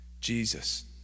Jesus